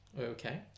Okay